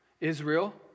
Israel